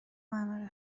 منو